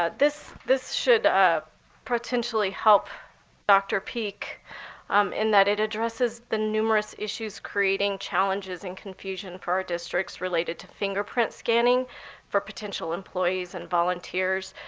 ah this this should ah potentially help dr. peak um in that it addresses the numerous issues creating challenges and confusion for our district's related to fingerprint scanning for potential employees and volunteers.